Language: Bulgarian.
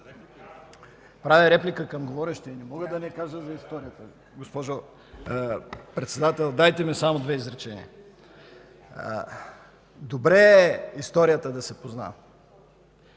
Правя реплика към говорещия и не мога да не кажа за историята, госпожо Председател. Дайте ми възможност само за две изречения. Добре е историята да се познава.